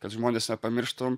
kad žmonės pamirštų